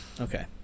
Okay